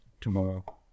tomorrow